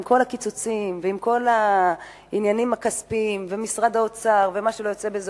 עם כל הקיצוצים ועם כל העניינים הכספיים ומשרד האוצר ומה שלא יוצא בזה.